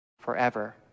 forever